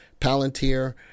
Palantir